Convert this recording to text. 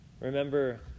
Remember